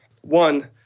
one